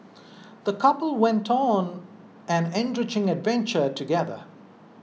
the couple went on an enriching adventure together